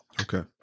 okay